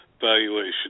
valuation